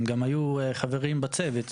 הם גם היו חברים בצוות.